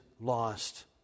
lost